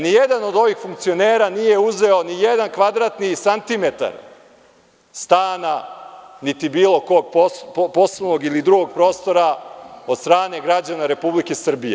Ni jedan od ovih funkcionera nije uzeto ni jedan kvadratni santimetar stana, niti bilo kog poslovnog ili drugog prostora, od strane građana Republike Srbije.